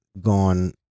gone